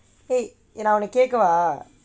eh நான் உன்னே கேட்கவா:naan unnae ketkavaa